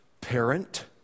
parent